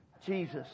Jesus